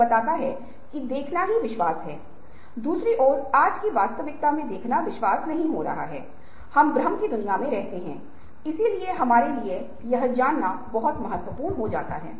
और एक प्रश्न का उत्तर देने या हल करने की आवश्यकता है